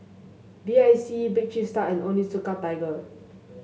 B I C Bake Cheese Tart and Onitsuka Tiger